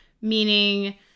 meaning